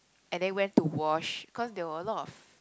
and then went to wash cause there were a lot of